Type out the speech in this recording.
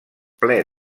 ple